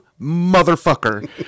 motherfucker